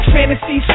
Fantasy